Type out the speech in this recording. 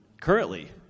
currently